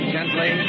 Gently